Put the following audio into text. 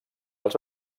els